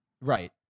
right